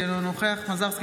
אינו נוכח חילי טרופר,